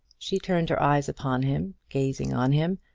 she turned her eyes upon him, gazing on him,